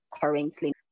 currently